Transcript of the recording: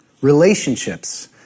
Relationships